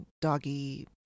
doggy